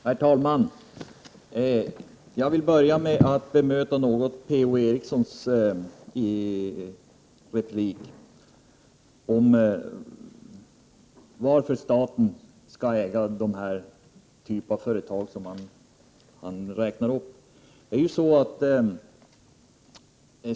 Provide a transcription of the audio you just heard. Herr talman! Jag börjar med att något bemöta Per-Ola Erikssons replik i vilken han frågade varför staten skall äga den typ av företag han räknade upp.